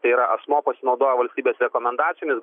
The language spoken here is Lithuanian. tai yra asmuo pasinaudojo valstybės rekomendacijomis